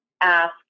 ask